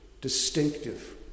distinctive